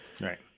Right